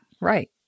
Right